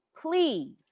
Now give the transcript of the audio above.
please